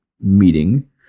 meeting